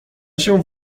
się